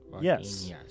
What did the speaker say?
Yes